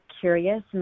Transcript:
curious